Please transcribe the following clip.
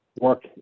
work